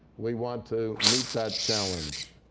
we want to meet that challenge.